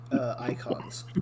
icons